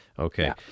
Okay